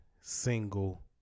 single